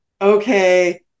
okay